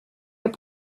your